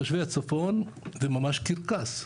תושבי הצפון זה ממש קרקס,